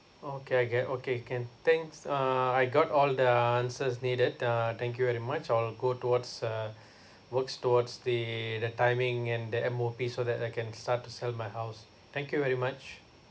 okay I get okay can thanks uh I got all the answers needed uh thank you very much I'll go towards uh works towards the the timing and the M_O_P so that I can start to sell my house thank you very much